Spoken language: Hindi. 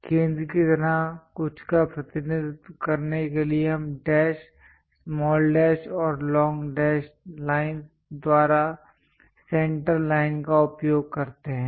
केंद्र की तरह कुछ का प्रतिनिधित्व करने के लिए हम डैश स्मॉल डैश और लॉन्ग डैश लाइनस् द्वारा सेंटर लाइन का उपयोग करते हैं